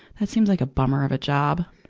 that seems like a bummer of a job.